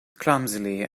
clumsily